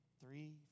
three